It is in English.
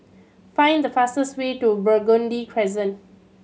find the fastest way to Burgundy Crescent